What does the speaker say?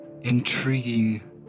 intriguing